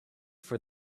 for